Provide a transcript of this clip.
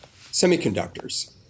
semiconductors